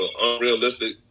unrealistic